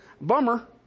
Bummer